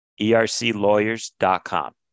erclawyers.com